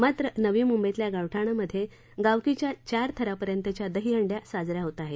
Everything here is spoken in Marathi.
मात्र नवी मुंबईतल्या गावठाणांमध्ये गावकीच्या चार थरापर्यंतच्या दहिहंड्या साज या होत आहेत